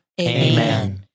Amen